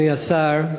אדוני השר,